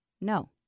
No